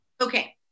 Okay